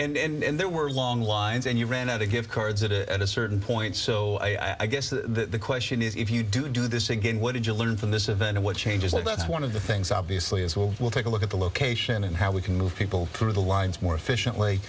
right and there were long lines and you ran out of gift cards at a certain point so i guess the question is if you do do this again what did you learn from this event or what changes that's one of the things obviously is well we'll take a look at the location and how we can move people through the lines more efficient